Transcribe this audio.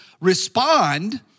respond